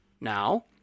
now